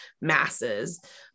masses